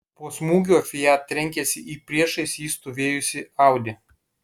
po smūgio fiat trenkėsi į prieš jį stovėjusį audi